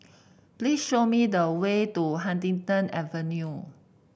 please show me the way to Huddington Avenue